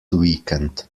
weekend